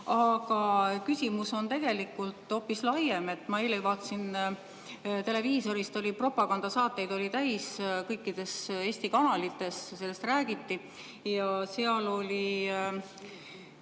Aga küsimus on tegelikult hoopis laiem. Ma eile vaatasin televiisorit, kava oli propagandasaateid täis, kõikides Eesti kanalites sellest räägiti. Ja seal oli,